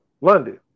London